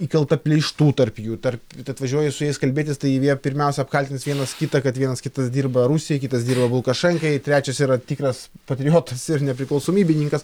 įkalta pleištų tarp jų tarp atvažiuoji su jais kalbėtis tai jie pirmiausia apkaltins vienas kitą kad vienas kitas dirba rusijai kitas dirba lukašenkai trečias yra tikras patriotas ir nepriklausomybininkas